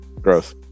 Gross